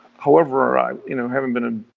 however, i you know haven't been.